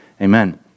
Amen